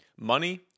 Money